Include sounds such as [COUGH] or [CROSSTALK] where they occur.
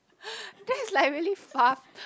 [BREATH] that is like really far